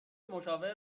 مشاور